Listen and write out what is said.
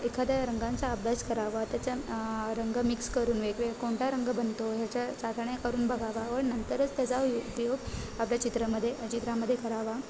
एखाद्या रंगांचा अभ्यास करावा त्याच्या रंग मिक्स करून वेगळे कोणत्या रंग बनतो ह्याच्या चाचण्या करून बघावा व नंतरच त्याचा उपयोग आपल्या चित्रामध्ये चित्रामध्ये करावा